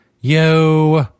Yo